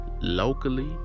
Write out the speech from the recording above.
locally